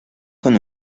con